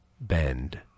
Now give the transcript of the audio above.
bend